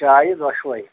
چایہِ دۄشوَے